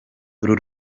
uru